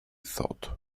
thought